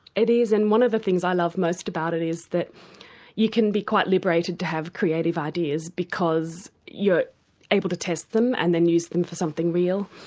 it is, and one of the things i love most about it is that you can be quite liberated to have creative ideas because you're able to test them and then use them for something real.